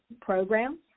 programs